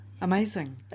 Amazing